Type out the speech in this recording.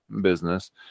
business